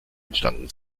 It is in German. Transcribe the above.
entstanden